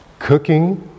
cooking